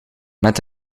met